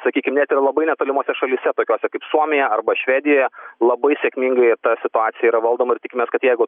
sakykim net ir labai netolimose šalyse tokiose kaip suomija arba švedija labai sėkmingai ta situacija yra valdoma ir tikimės kad jeigu